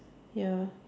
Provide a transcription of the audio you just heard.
ya